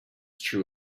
true